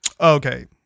Okay